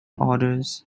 odors